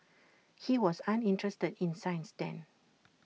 he was uninterested in science then